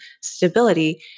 stability